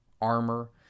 armor